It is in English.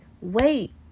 wait